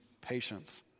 patience